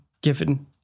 given